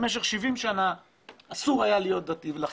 במשך 70 שנה אסור היה להיות דתי ולכן